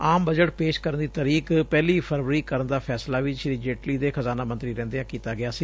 ਆਮ budget ਪੇਸ਼ ਕਰਨ ਦੀ ਤਰੀਕ ਪਹਿਲੀ ਫਰਵਰੀ ਕਰਨ ਦਾ ਫੇਸਲਾ ਵੀ ਸ਼ੀ ਜੇਟਲੀ ਦੇ ਖਜਾਨਾ ਮੰਤਰੀ ਰਹਿੰਦਿਆਂ ਕੀਤਾ ਗਿਆ ਸੀ